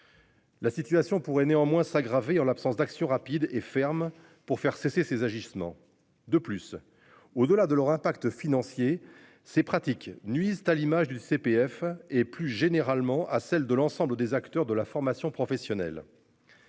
La situation pourrait néanmoins s'aggraver en l'absence d'action rapide et ferme pour faire cesser ces agissements. De plus, au-delà de leur impact financier ces pratiques nuisent à l'image du CPF et plus généralement à celles de l'ensemble des acteurs de la formation professionnelle.--